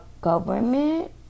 government